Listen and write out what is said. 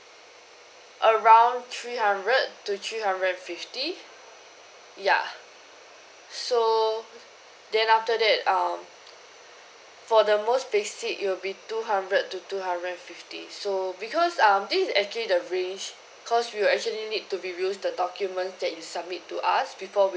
around three hundred to three hundred and fifty ya so then after that um for the most basic it'll be two hundred to two hundred and fifty so because um this is actually the range cause we actually need to review the documents that you submit to us before